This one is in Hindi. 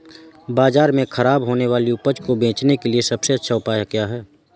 बाज़ार में खराब होने वाली उपज को बेचने के लिए सबसे अच्छा उपाय क्या हैं?